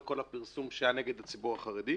כל הפרסום שהיה נגד הציבור החרדי,